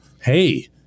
hey